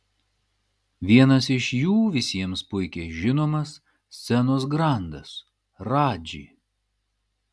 vienas iš jų visiems puikiai žinomas scenos grandas radži